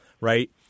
right